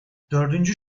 dördüncü